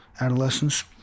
adolescents